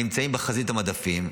ונמצאים בחזית המדפים.